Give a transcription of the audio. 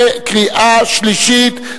בקריאה שלישית.